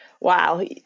Wow